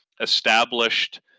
established